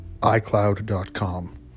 icloud.com